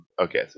okay